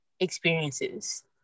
experiences